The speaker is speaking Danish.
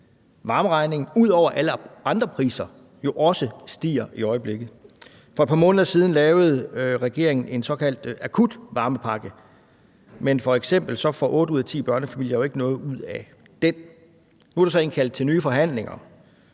varmeregningen, ud over at alle andre priser også stiger i øjeblikket. For et par måneder siden lavede regeringen en såkaldt akutvarmepakke, men f.eks. får otte ud af ti børnefamilier jo ikke noget ud af den. Nu er der så indkaldt til nye forhandlinger,